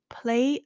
play